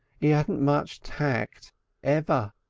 yeah adn't much tact ever.